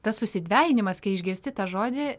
tas susidvejinimas kai išgirsti tą žodį